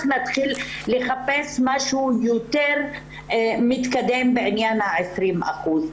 נתחיל לחפש משהו יותר מתקדם בעניין ה-20 אחוזים.